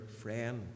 friend